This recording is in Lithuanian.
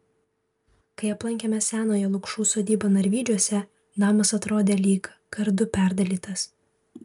kai aplankėme senąją lukšų sodybą narvydžiuose namas atrodė lyg kardu perdalytas